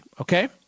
Okay